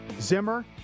Zimmer